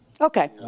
Okay